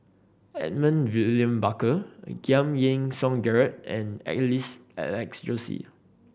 Edmund William Barker Giam Yean Song Gerald and Alex Josey